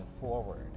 forward